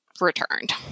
returned